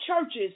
churches